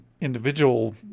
individual